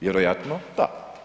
Vjerojatno da?